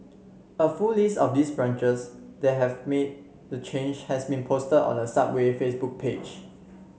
a full list of these branches that have made the change has been posted on the Subway Facebook page